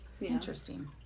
Interesting